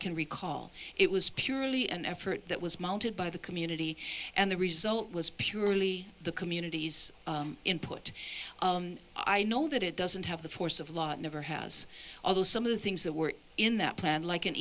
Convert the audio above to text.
can recall it was purely an effort that was mounted by the community and the result was purely the community's input i know that it doesn't have the force of law it never has some of the things that were in that plan like an